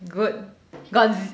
good got zi~